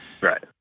Right